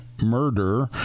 murder